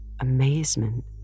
amazement